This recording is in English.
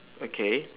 okay